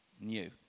new